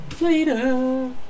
Later